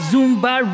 Zumba